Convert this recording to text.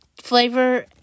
flavor